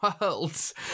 worlds